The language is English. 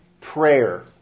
prayer